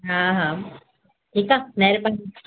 हा हा ठीकु आहे महिरबानी